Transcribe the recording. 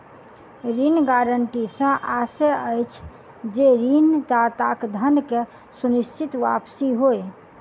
ऋण गारंटी सॅ आशय अछि जे ऋणदाताक धन के सुनिश्चित वापसी होय